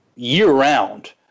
year-round